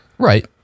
Right